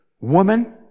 Woman